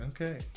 Okay